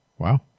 Wow